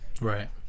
Right